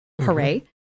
Hooray